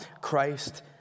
Christ